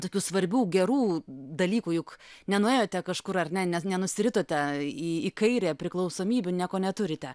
tokių svarbių gerų dalykų juk nenuėjote kažkur ar ne ne ne nusiritote į kairę priklausomybių nieko neturite